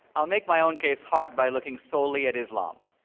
i'll make my own case hard by looking solely at islam